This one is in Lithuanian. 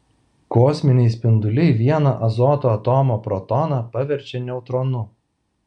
kosminiai spinduliai vieną azoto atomo protoną paverčia neutronu